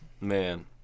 man